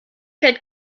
fällt